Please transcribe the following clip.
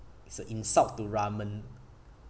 it's a insult to ramen